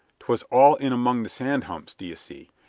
twas all in among the sand humps, d'ye see,